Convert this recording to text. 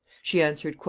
she answered,